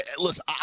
listen